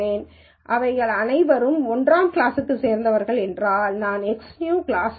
எனவே அவர்கள் அனைவரும் 1 ஆம் கிளாஸைச் சேர்ந்தவர்கள் என்றால் நான் எக்ஸ்புதியது கிளாஸ் 1